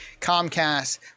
Comcast